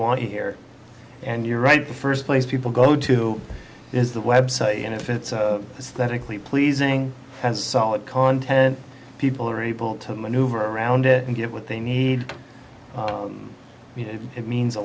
want you here and you're right the first place people go to is the website and if it's pleasing and solid content people are able to maneuver around it and get what they need it means a